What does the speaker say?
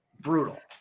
Brutal